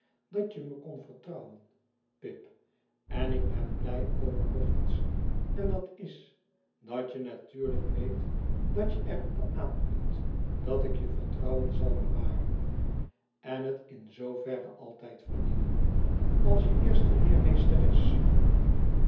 dat je me kon vertrouwen pip er ik ben blij over nog iets en dat is dat je natuurlijk weet dat je er op aan kunt dat ik je vertrouwen zai bewaren en het in zooverre aitijd verdienen ais je eerste leermeesteres